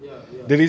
ya ya